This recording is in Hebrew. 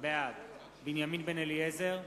בעד בנימין בן-אליעזר,